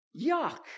Yuck